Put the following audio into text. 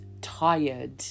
tired